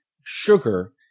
sugar